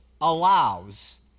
allows